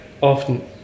often